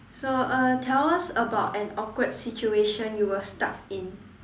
so uh tell us about an awkward situation you were stuck in